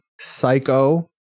Psycho